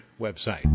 website